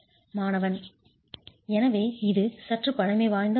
மாணவர் எனவே இது சற்று பழமைவாத மதிப்பு